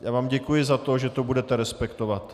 Já vám děkuji za to, že to budete respektovat.